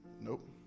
nope